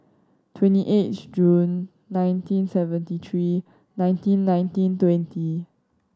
twenty eighth June nineteen seventy three nineteen nineteen twenty